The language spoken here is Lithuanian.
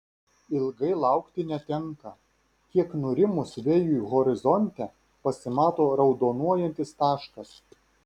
ilgai laukti netenka kiek nurimus vėjui horizonte pasimato raudonuojantis taškas